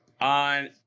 On